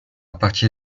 partir